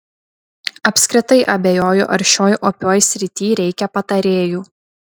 apskritai abejoju ar šioj opioj srity reikia patarėjų